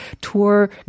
tour